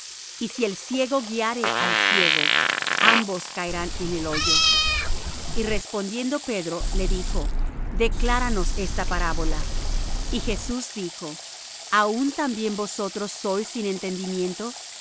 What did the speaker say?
y si el ciego guiare al ciego ambos caerán en el hoyo y respondiendo pedro le dijo decláranos esta parábola y jesús dijo aun también vosotros sois sin entendimiento